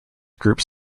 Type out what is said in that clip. groups